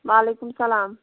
وعلیکُم السَلام